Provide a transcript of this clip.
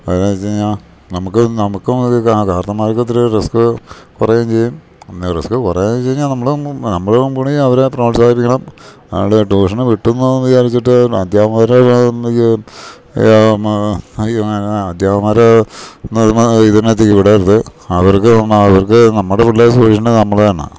കാരണമെന്ന് വെച്ച് കഴിഞ്ഞാൽ നമുക്ക് നമുക്കും ഒരിതാണ് കാരണാന്മാർക്ക് ഇത്തിരി റിസ്ക് കുറയെം ചെയ്യും പിന്നെ റിസ്ക് കുറയുക വെച്ച് കഴിഞ്ഞാൽ നമ്മൾ നമ്മളുംകൂടി അവരെ പ്രോത്സാഹിപ്പിക്കണം ആണ്ടെ ട്യൂഷന് വിട്ടുന്ന് വിചാരിച്ചിട്ട് അധ്യാപകമാരെ ഇത് അധ്യാപകമാരെ ന്ന് പറഞ്ഞ ഇതിനകത്തേക്ക് വിടരുത് അവർക്ക് അവർക്ക് നമ്മുടെ പിള്ളേരെ സൂക്ഷിക്കേണ്ടത് നമ്മൾ തന്നാണ്